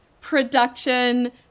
production